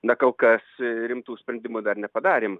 na kol kas rimtų sprendimų dar nepadarėm